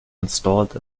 installed